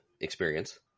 experience